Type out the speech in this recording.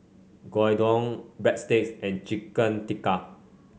Gyudon Breadsticks and Chicken Tikka